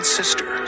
sister